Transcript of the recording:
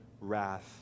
wrath